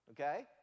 okay